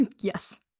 yes